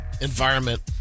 environment